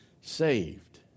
saved